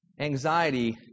anxiety